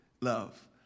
love